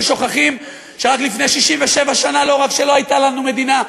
ששוכחים שרק לפני 67 שנה לא רק שלא הייתה לנו מדינה,